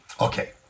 Okay